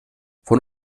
von